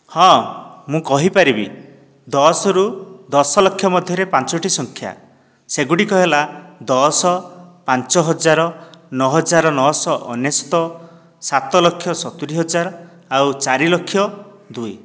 ହଁ ମୁଁ କହିପାରିବି ଦଶରୁ ଦଶଲକ୍ଷ ମଧ୍ୟରେ ପଞ୍ଚୋଟି ସଂଖ୍ୟା ସେଗୁଡ଼ିକ ହେଲା ଦଶ ପାଞ୍ଚ ହଜାର ନଅ ହଜାର ନଅ ଶହ ଅନେଶ୍ଵତ ସାତ ଲକ୍ଷ ସତୁରି ହଜାର ଆଉ ଚାରି ଲକ୍ଷ ଦୁଇ